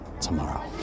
tomorrow